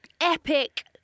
Epic